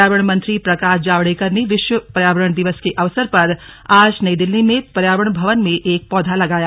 पर्यावरण मंत्री प्रकाश जावडेकर ने विश्व पर्यावरण दिवस के अवसर पर आज नई दिल्ली में पर्यावरण भवन में एक पौधा लगाया